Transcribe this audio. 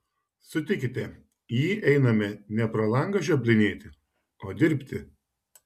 sutikite į jį einame ne pro langą žioplinėti o dirbti